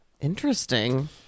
Interesting